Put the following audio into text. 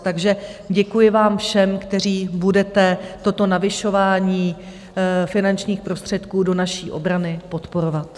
Takže děkuji vám všem, kteří budete toto navyšování finančních prostředků do naší obrany podporovat.